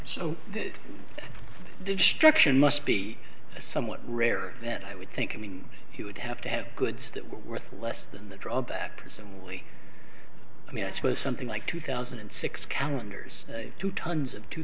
that destruction must be somewhat rare that i would think i mean he would have to have goods that were worth less than the drawback personally i mean i suppose something like two thousand and six calendars two tons of two